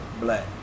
Black